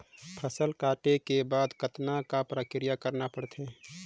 फसल काटे के बाद कतना क प्रक्रिया करना पड़थे?